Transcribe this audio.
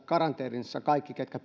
karanteenissa kaikki ketkä